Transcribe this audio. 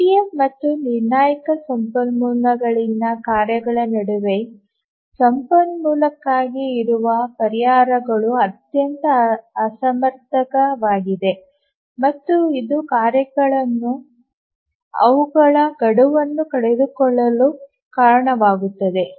EDF ಮತ್ತು ನಿರ್ಣಾಯಕ ಸಂಪನ್ಮೂಲಗಳಲ್ಲಿನ ಕಾರ್ಯಗಳ ನಡುವೆ ಸಂಪನ್ಮೂಲಕ್ಕಾಗಿ ಇರುವ ಪರಿಹಾರಗಳು ಅತ್ಯಂತ ಅಸಮರ್ಥವಾಗಿವೆ ಮತ್ತು ಇದು ಕಾರ್ಯಗಳು ಅವುಗಳ ಗಡುವನ್ನು ಕಳೆದುಕೊಳ್ಳಲು ಕಾರಣವಾಗುತ್ತದೆ